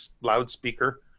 loudspeaker